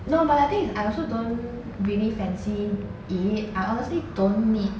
no but the thing is I also don't really fancy it I honestly don't need